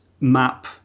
map